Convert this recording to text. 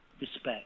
respect